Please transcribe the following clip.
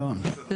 לא.